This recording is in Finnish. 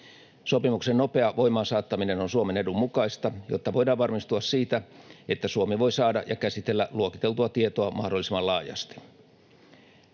Sopimuksen nopea voimaansaattaminen on Suomen edun mukaista, jotta voidaan varmistua siitä, että Suomi voi saada ja käsitellä luokiteltua tietoa mahdollisimman laajasti.